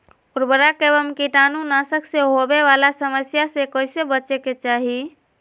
उर्वरक एवं कीटाणु नाशक से होवे वाला समस्या से कैसै बची के चाहि?